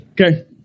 Okay